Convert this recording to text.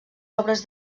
obres